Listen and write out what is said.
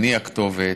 אני הכתובת,